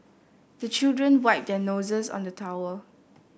the children wipe their noses on the towel